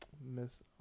miss